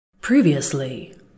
Previously